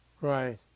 right